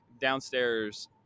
downstairs